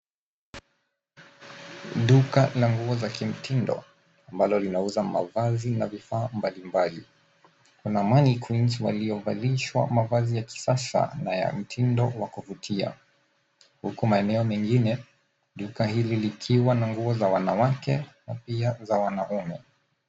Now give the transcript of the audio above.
Duka la nguo za kimtindo ambalo linauza nguo na vifaa mbalimbali. Kuna mannequins waliovalishwa nguo ya kisasa na mtindo wa kuvutia huku maeneo ingine hili likiwa na nguo la wanawake na pia za wanaume.